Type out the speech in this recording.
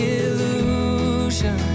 illusion